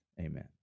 Amen